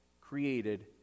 created